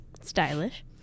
stylish